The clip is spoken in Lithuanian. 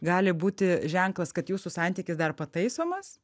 gali būti ženklas kad jūsų santykis dar pataisomas